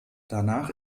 danach